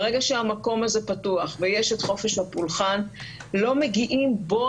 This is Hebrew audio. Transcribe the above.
ברגע שהמקום הזה פתוח ויש את חופש הפולחן לא מגיעים בזו